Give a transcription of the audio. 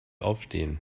aufstehen